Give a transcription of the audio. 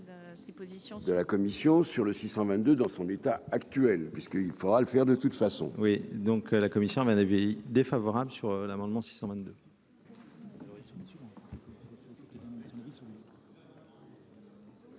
de la commission sur le 622 dans son état actuel puisqu'il faudra le faire de toute façon. Oui, donc, la Commission avait un avis défavorable sur l'amendement 622.